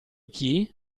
chi